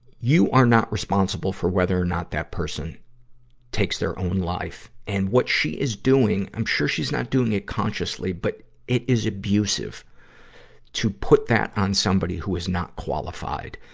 you are not responsible for whether or not that person takes their own life. and what she is doing i'm sure she's not doing it consciously but it is abusive to put that on somebody who is not qualified.